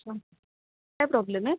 अच्छा काय प्रॉब्लेम आहे